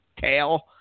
tail